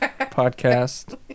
podcast